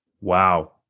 Wow